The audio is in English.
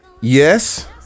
Yes